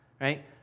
right